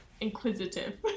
inquisitive